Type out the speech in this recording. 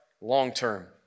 long-term